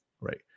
right